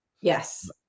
yes